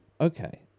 Okay